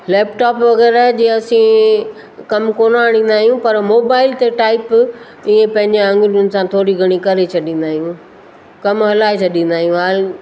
laptop वग़ैरह जे असीं कमु कोन आणींदा आहियूं पर मोबाइल ते टाईप ईअं पंहिंजी आङिरियुनि सां थोरी घणी करे छॾींदा आहियूं कमु हलाए छॾींदा आहियूं